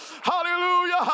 Hallelujah